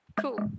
cool